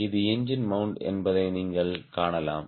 இது engine mount என்பதை நீங்கள் காணலாம்